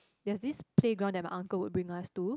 there is this playground that my uncle will bring us to